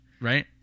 right